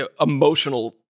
emotional